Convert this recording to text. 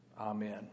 Amen